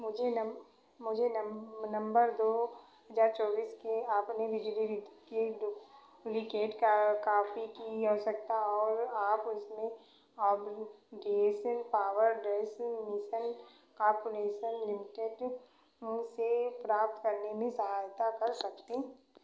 मुझे नम मुझे नम नवम्बर दो हजार चौबीस के आपने बिजली की डुप्लिकेट का कॉपी की आवश्यकता और आप इसमें डी एस एल पावर ड्रेसिंग मिशन कॉर्पोरेशन लिमिटेड से प्राप्त करने में सहायता कर सकते हैं